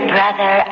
Brother